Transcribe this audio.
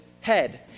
head